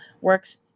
works